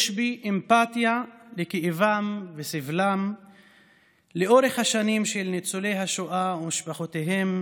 יש לי אמפתיה לכאבם ולסבלם לאורך השנים של ניצולי השואה ומשפחותיהם.